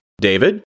David